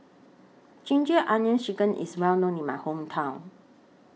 Ginger Onions Chicken IS Well known in My Hometown